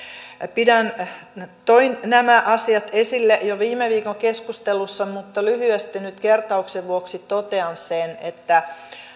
toin nämä asiat esille jo viime viikon keskustelussa mutta lyhyesti nyt kertauksen vuoksi totean sen että